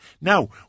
Now